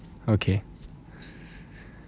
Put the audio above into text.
okay